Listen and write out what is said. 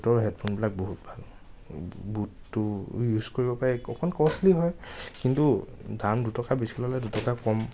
বুটৰ হেডফোনবিলাক বহুত ভাল বুটটো ইউজ কৰিব পাৰে অকণ ক'ষ্টলি হয় কিন্তু দাম দুটকা বেছি ল'লে দুটকা কম